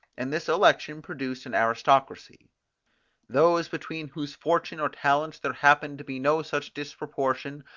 and this election produced an aristocracy those, between whose fortune or talents there happened to be no such disproportion,